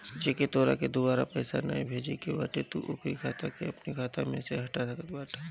जेके तोहरा के दुबारा पईसा नाइ भेजे के बाटे तू ओकरी खाता के अपनी खाता में से हटा सकत बाटअ